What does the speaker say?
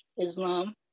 islam